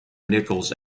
nichols